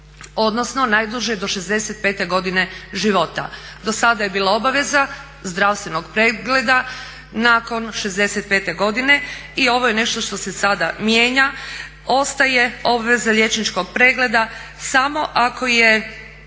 odnosno najduže do 65 godine života. Do sada je bila obaveza zdravstvenog pregleda nakon 65 godine i ovo je nešto što se sada mijenja, ostaje obveza liječničkog pregleda samo ako je